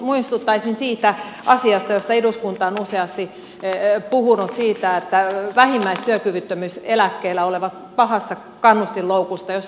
muistuttaisin siitä asiasta josta eduskunta on useasti puhunut siitä että vähimmäistyökyvyttömyyseläkkeellä olevat ovat pahasti kannustinloukussa